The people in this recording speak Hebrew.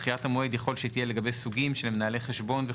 דחיית המועד יכול להיות שתהיה לגבי סוגים של מנהלי חשבון,